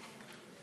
תודה רבה.